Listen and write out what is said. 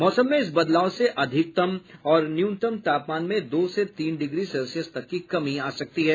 मौसम में इस बदलाव से अधिकतम और न्यूनतम तापमान में दो से तीन डिग्री सेल्सियस तक की कमी आ सकती है